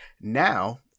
Now